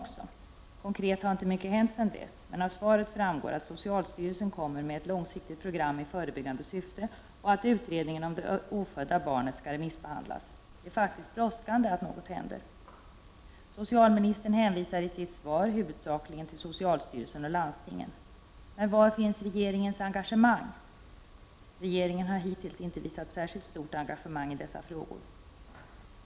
Konkret har inte mycket hänt sedan dess, men av svaret framgår att socialstyrelsen kommer att utarbeta ett långsiktigt program i förebyggande syfte och att utredningen om det ofödda barnet skall remissbehandlas. Det är faktiskt brådskande att något händer. Socialministern hänvisar i sitt svar huvudsakligen till socialstyrelsen och landstingen. Men var finns regeringens engagemang? Regeringen har hittills inte visat särskilt stort engagemang i dessa frågor.